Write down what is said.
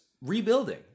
rebuilding